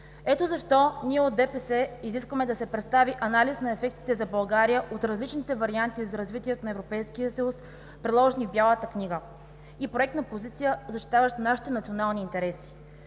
Ето защо ние от ДПС изискваме да се представи анализ на ефектите за България от различните варианти за развитието на Европейския съюз, приложени в Бялата книга и проектна позиция, защитаваща нашите национални интереси.